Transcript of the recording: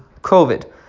COVID